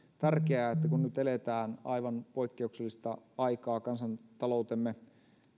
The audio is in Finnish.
tärkeää että kun nyt eletään aivan poikkeuksellista aikaa kansantaloutemme